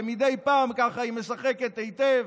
ומדי פעם ככה היא משחקת היטב,